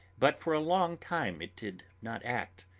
but for a long time it did not act.